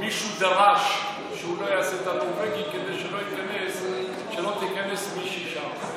מישהו דרש שהוא לא יעשה את הנורבגי כדי שלא תיכנס מישהי לשם.